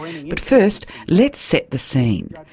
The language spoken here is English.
but first, let's set the scene.